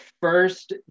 first